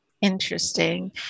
interesting